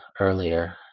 earlier